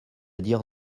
dire